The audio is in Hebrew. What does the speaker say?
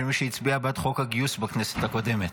מי שהצביע בעד חוק הגיוס בכנסת הקודמת.